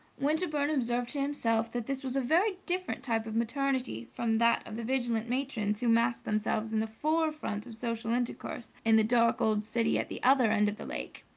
winterbourne observed to himself that this was a very different type of maternity from that of the vigilant matrons who massed themselves in the forefront of social intercourse in the dark old city at the other end of the lake.